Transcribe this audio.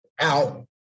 out